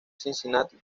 cincinnati